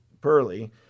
pearly